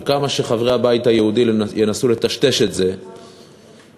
וכמה שחברי הבית היהודי ינסו לטשטש את זה ולזעוק